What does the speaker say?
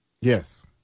Yes